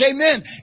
Amen